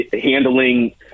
handling